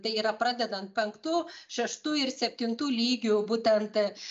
tai yra pradedant penktu šeštu ir septintu lygiu būtent